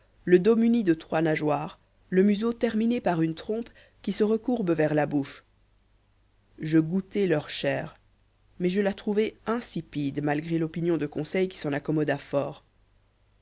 le dos muni de trois nageoires le museau terminé par une trompe qui se recourbe vers la bouche je goûtai leur chair mais je la trouvai insipide malgré l'opinion de conseil qui s'en accommoda fort